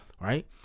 Right